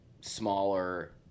smaller